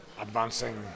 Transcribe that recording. Advancing